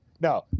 No